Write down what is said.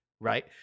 Right